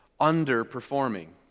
underperforming